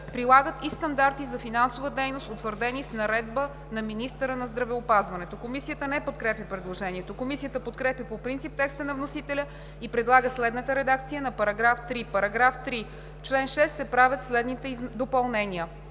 прилагат и стандарти за финансова дейност, утвърдени с наредба на министъра на здравеопазването.“ Комисията не подкрепя предложението. Комисията подкрепя по принцип текста на вносителя и предлага следната редакция на § 3: „§ 3. В чл. 6 се правят следните допълнения: